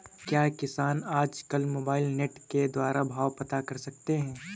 क्या किसान आज कल मोबाइल नेट के द्वारा भाव पता कर सकते हैं?